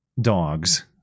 dogs